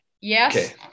Yes